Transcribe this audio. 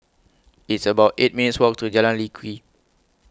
It's about eight minutes' Walk to Jalan Lye Kwee